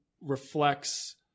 reflects